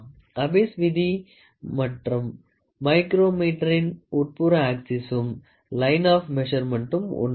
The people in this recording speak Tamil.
அபிஸ் விதி மற்றும் மைக்ரோமீட்டறின் உட்புற ஆக்சிசும் லைன் ஆப் மெசர்மென்ட்டும் ஒன்றாகும்